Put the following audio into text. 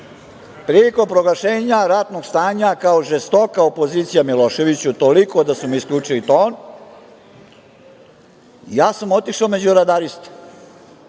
prilikom proglašenja ratnog stanja kao žestoka opozicija Miloševiću, toliko da su mi isključili ton ja sam otišao među radarista